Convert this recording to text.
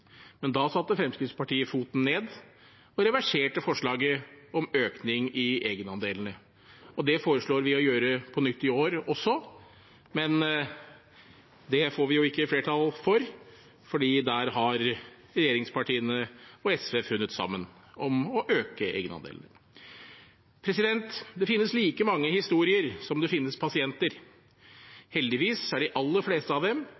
men da satte Fremskrittspartiet foten ned og reverserte forlaget om økning i egenandelene. Det foreslår vi å gjøre på nytt i år også, men det får vi jo ikke flertall for, for der har regjeringspartiene og SV funnet sammen om å øke egenandelen. Det finnes like mange historier som det finnes pasienter. Heldigvis er de aller fleste av dem